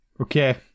Okay